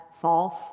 false